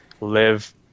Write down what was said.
live